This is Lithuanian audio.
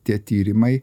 tie tyrimai